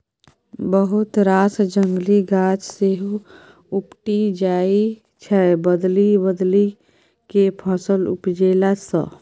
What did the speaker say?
बहुत रास जंगली गाछ सेहो उपटि जाइ छै बदलि बदलि केँ फसल उपजेला सँ